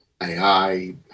AI